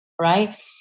right